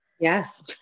Yes